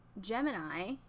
Gemini